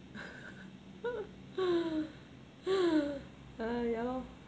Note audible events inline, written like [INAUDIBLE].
[LAUGHS] ah ya lor